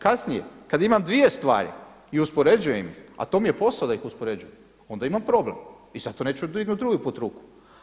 Kasnije kad imam dvije stvari i uspoređujem ih, a to mi je posao da ih uspoređuje, onda imam problem i zato neću dignut drugi put ruku.